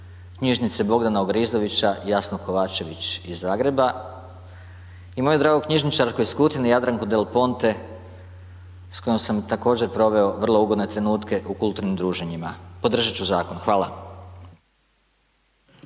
Knjižnice Bogdana Ogrizovića, Jasnu Kovačević iz Zagreba i moju dragu knjižničarku iz Kutine Jadranku Delponte s kojom sam također proveo vrlo ugodne trenutke u kulturnim druženjima. Podržat ću zakon. Hvala.